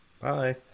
bye